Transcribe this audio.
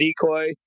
decoy